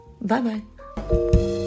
Bye-bye